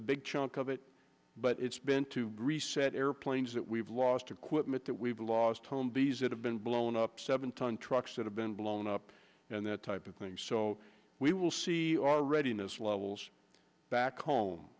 a big chunk of it but it's been to reset airplanes that we've lost equipment that we've lost home bees that have been blown up seven ton trucks that have been blown up and that type of thing so we will see our readiness levels back home